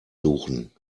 suchen